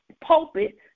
pulpit